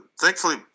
Thankfully